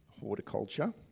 horticulture